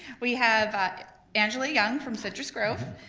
we have angela young from citrus grove,